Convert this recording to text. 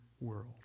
world